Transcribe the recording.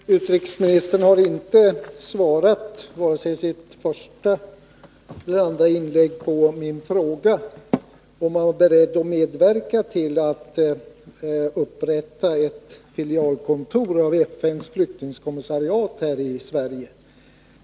Herr talman! Utrikesministern har inte vare sig i sitt första eller i sitt andra inlägg svarat på min fråga, om han är beredd att medverka till att upprätta ett filialkontor av FN:s flyktingkommissariat här i Sverige.